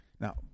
now